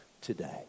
today